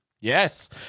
yes